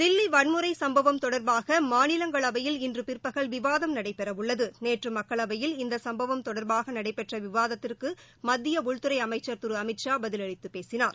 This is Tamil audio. தில்லிவன்முறைசம்பவம் தொடர்பாகமாநிலங்களவையில் இன்றுபிற்பகல் விவாதம் நடைபெறவுள்ளது நேற்றுமக்களவையில் இந்தசும்பவம் தொடர்பாகநடைபெற்றவிவாதத்திற்குமத்தியஉள்துறைஅமைச்சர் திருஅமித்ஷா பதிலளித்தபேசினார்